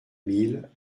mille